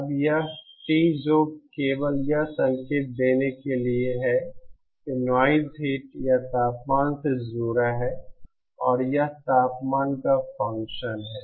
अब यह T जो केवल यह संकेत देने के लिए है कि नॉइज़ हिट या तापमान से जुड़ा है और यह तापमान का फंक्शन है